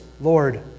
Lord